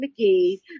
McGee